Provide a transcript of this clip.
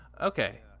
okay